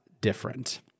different